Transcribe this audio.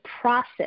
process